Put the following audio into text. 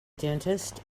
dentist